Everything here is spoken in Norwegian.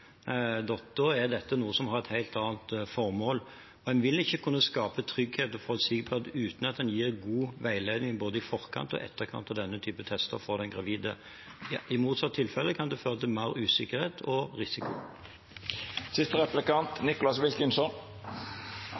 uten at en gir en god veiledning både i forkant og i etterkant av denne type tester for den gravide. I motsatt tilfelle kan det føre til mer usikkerhet og risiko.